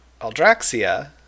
Aldraxia